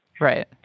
Right